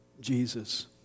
Jesus